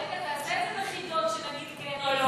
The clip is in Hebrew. רגע, תעשה את זה בחידון, שנגיד "כן" או "לא".